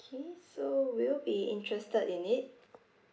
okay so will you be interested in it